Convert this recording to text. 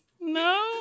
No